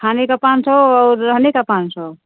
खाने का पाँच सौ और रहने का पाँच सौ